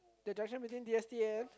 the junction between D_S_T_A and